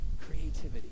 Creativity